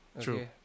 True